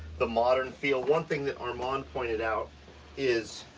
the modern field. one thing that armand pointed out is,